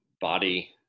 body